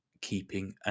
keeping